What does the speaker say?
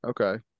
Okay